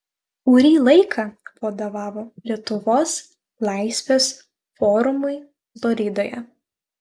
kurį laiką vadovavo lietuvos laisvės forumui floridoje